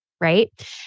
right